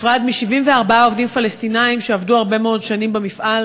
מ-74 עובדים פלסטינים שעבדו הרבה מאוד שנים במפעל,